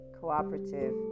cooperative